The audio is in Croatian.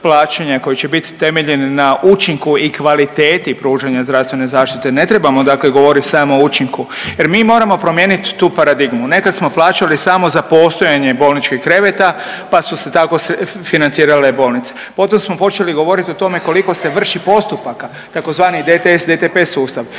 koji će biti temeljen na učinku i kvaliteti pružanja zdravstvene zaštite ne trebamo dakle govoriti samo o učinku, jer mi moramo promijeniti tu paradigmu. Nekada smo plaćali samo za postojanje bolničkih kreveta pa su se tako financirale bolnice. Onda smo počeli govoriti o tome koliko se vrši postupaka tzv. DTS, DTP sustav.